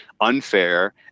unfair